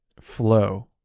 flow